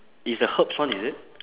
it's the herbs one is it